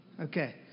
Okay